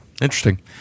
interesting